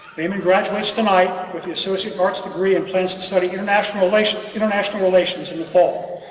layman graduates tonight with the associate arts degree and plans to study international relations international relations in the fall.